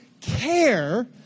care